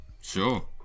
Sure